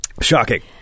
Shocking